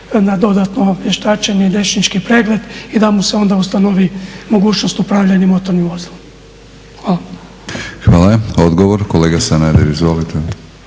na dodatno vještačenje i liječnički pregled i da mu se onda ustanovi mogućnost upravljanja motornim vozilom. Hvala. **Batinić, Milorad (HNS)** Hvala. Odgovor, kolega Sanader. Izvolite.